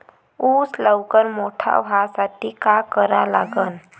ऊस लवकर मोठा व्हासाठी का करा लागन?